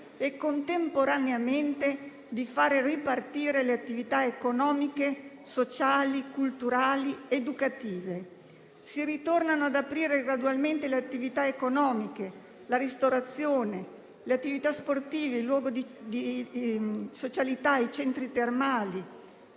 e, contemporaneamente, di far ripartire le attività economiche, sociali, culturali ed educative. Si tornano ad aprire gradualmente le attività economiche, la ristorazione, le attività sportive, i luoghi di socialità, i centri termali,